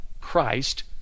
Christ